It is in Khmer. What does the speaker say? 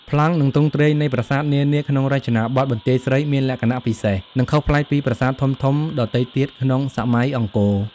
ប្លង់ និងទ្រង់ទ្រាយនៃប្រាសាទនានាក្នុងរចនាបថបន្ទាយស្រីមានលក្ខណៈពិសេស និងខុសប្លែកពីប្រាសាទធំៗដទៃទៀតក្នុងសម័យអង្គរ។